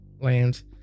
lands